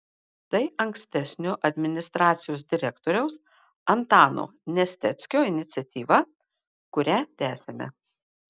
tai ankstesnio administracijos direktoriaus antano nesteckio iniciatyva kurią tęsiame